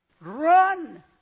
Run